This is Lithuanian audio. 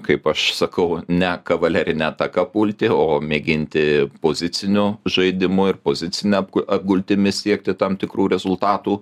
kaip aš sakau ne kavalerine ataka pulti o mėginti poziciniu žaidimu ir pozicine apgultimi siekti tam tikrų rezultatų